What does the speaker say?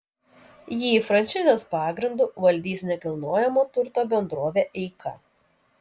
jį franšizės pagrindu valdys nekilnojamojo turto bendrovė eika